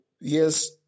Yes